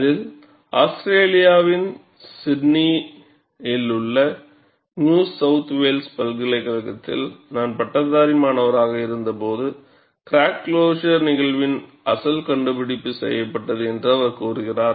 அதில் ஆஸ்திரேலியாவின் சிட்னியில் உள்ள நியூ சவுத் வேல்ஸ் பல்கலைக்கழகத்தில் நான் பட்டதாரி மாணவராக இருந்தபோது கிராக் க்ளோஸர் நிகழ்வின் அசல் கண்டுபிடிப்பு செய்யப்பட்டது என்று அவர் கூறுகிறார்